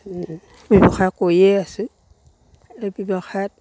ব্যৱসায় কৰিয়েই আছো এই ব্যৱসায়ত